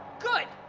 good!